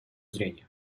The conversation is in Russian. зрения